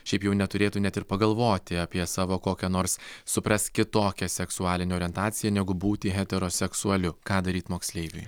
šiaip jau neturėtų net ir pagalvoti apie savo kokią nors suprask kitokią seksualinę orientaciją negu būti heteroseksualiu ką daryt moksleiviui